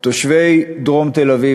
תושבי דרום תל-אביב,